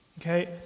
Okay